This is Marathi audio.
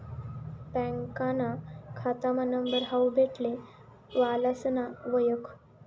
बँकाना खातामा नंबर हावू भेटले वालासना वयख